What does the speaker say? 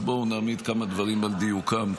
אז בואו נעמיד כמה דברים על דיוקם,